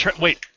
wait